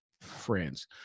friends